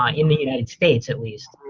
um in the united states at least.